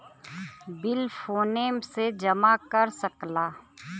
bill फोने से जमा कर सकला